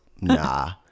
Nah